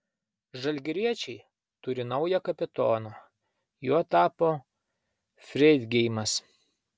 žalgiriečiai turi naują kapitoną juo tapo freidgeimas